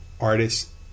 artists